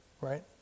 right